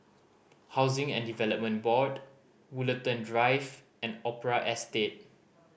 Housing and Development Board Woollerton Drive and Opera Estate